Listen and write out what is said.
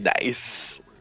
nice